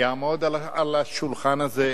יעמוד על הדוכן הזה,